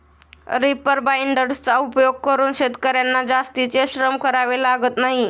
reaper बाइंडर्सचा उपयोग करून शेतकर्यांना जास्तीचे श्रम करावे लागत नाही